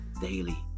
daily